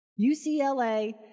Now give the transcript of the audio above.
UCLA